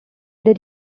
there